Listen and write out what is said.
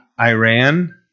Iran